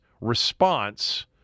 response